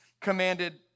commanded